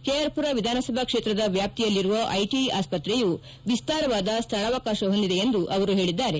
K R Pura ವಿಧಾನಸಭಾ ಕ್ಷೇತ್ರದ ವ್ಯಾಪ್ತಿಯಲ್ಲಿರುವ ಐಟಐ ಆಸ್ಪತ್ರೆಯು ವಿಸ್ತಾರವಾದ ಸ್ಥಳಾವಕಾಶ ಹೊಂದಿದೆ ಎಂದು ಹೇಳಿದ್ದಾರೆ